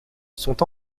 sont